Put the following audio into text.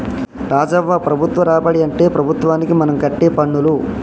రాజవ్వ ప్రభుత్వ రాబడి అంటే ప్రభుత్వానికి మనం కట్టే పన్నులు